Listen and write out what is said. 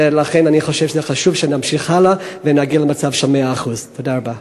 ולכן אני חושב שחשוב שנמשיך הלאה ונגיע למצב של 100%. תודה רבה.